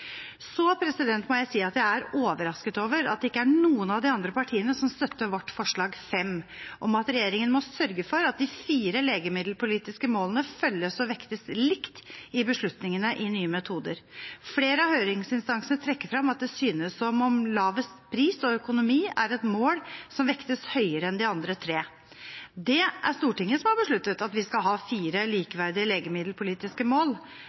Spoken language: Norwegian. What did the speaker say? må jeg si at jeg er overrasket over at det ikke er noen av de andre partiene som støtter vårt forslag, nr. 5, om at regjeringen må sørge for at de fire legemiddelpolitiske målene følges og vektes likt i beslutningene i systemet for Nye metoder. Flere av høringsinstansene trekker fram at det synes som om lavest pris og økonomi er et mål som vektes høyere enn de andre tre. Det er Stortinget som har besluttet at vi skal ha fire likeverdige legemiddelpolitiske mål.